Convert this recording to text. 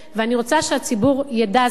ואני רוצה שהציבור ידע זאת.